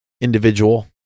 individual